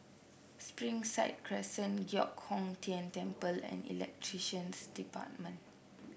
Springside Crescent Giok Hong Tian Temple and Elections Department